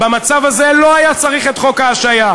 במצב הזה לא היה צריך את חוק ההשעיה.